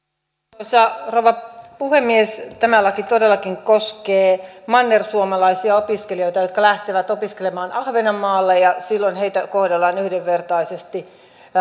arvoisa rouva puhemies tämä laki todellakin koskee mannersuomalaisia opiskelijoita jotka lähtevät opiskelemaan ahvenanmaalle ja silloin heitä kohdellaan yhdenvertaisesti